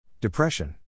Depression